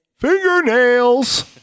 Fingernails